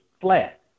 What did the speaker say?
flat